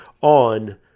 on